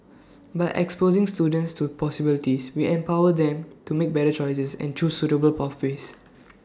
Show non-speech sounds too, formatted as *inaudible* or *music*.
by exposing students to possibilities we empower them to make better choices and choose suitable pathways *noise*